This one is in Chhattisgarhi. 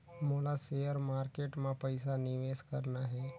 मोला शेयर मार्केट मां पइसा निवेश करना हे?